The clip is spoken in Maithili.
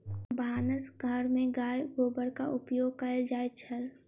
भानस घर में गाय गोबरक उपयोग कएल जाइत छल